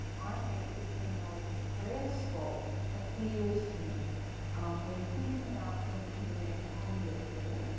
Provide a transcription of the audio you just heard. i think the terminology prayer scroll appeals to me when thinking about them in their amulet form.